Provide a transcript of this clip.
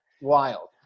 wild